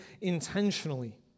intentionally